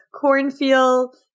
cornfield